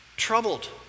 troubled